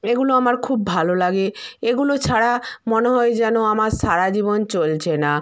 এগুলো আমার খুব ভালো লাগে এগুলো ছাড়া মনে হয় যেন আমার সারা জীবন চলছে না